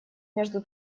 между